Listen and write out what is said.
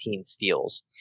steals